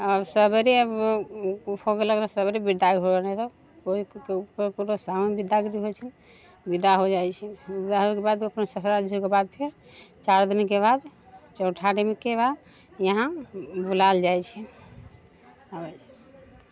आओर सबेरे सबेरे विदाइ होइके शामोमे बिदागरी होइ छै विदा हो जाइ छै बिदा होइके बाद ओ अपना ससुराल जाइ छै ओकर बाद फेर चारि दिनके बाद चौठारीके बाद इहाँ बुलैल जाइ छै आबै